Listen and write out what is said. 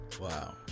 Wow